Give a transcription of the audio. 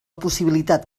possibilitat